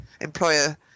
employer